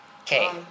Okay